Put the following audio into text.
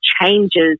changes